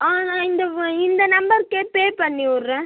ஆ நான் இந்த இந்த நம்பருக்கே பே பண்ணிவுடுறேன்